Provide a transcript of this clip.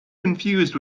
confused